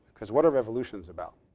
because what are revolutions about?